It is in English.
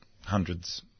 hundreds